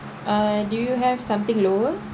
uh do you have something lower